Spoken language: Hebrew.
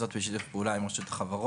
וזאת בשיתוף פעולה עם רשות החברות.